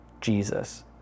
Jesus